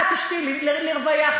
תשתי לרוויה,